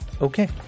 Okay